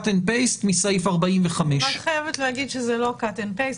and paste מסעיף 45. אני חייבת להגיד שזה לא cut and paste.